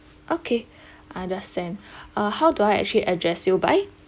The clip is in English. okay understand uh how do I actually address you by